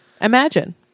Imagine